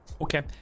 Okay